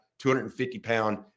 250-pound